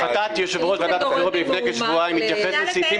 החלטת יושב-ראש ועדת הבחירות לפני כשבועיים מתייחסת לסעיפים